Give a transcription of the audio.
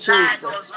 Jesus